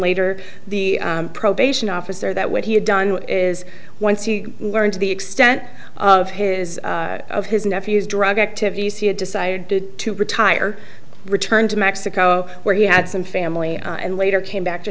later the probation officer that what he had done is once you learned to the extent of his of his nephew's drug activity you see it decided to retire returned to mexico where he had some family and later came back to